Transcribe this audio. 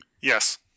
Yes